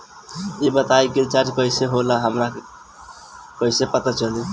ई बताई कि रिचार्ज कइसे होला हमरा कइसे पता चली?